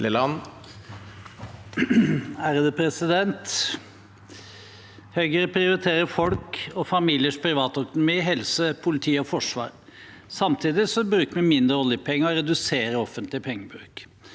(H) Høyre prioriterer folk og familiers privatøkonomi, helse, politi og forsvar. Samtidig bruker vi mindre oljepenger og reduserer offentlig pengebruk.